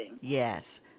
Yes